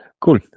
cool